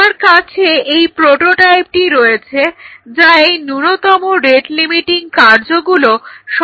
আমার কাছে এই প্রোটোটাইপটি রয়েছে যা এই ন্যূনতম রেট লিমিটিং কার্যগুলো সম্পাদন করতে পারে